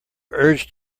urge